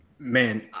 Man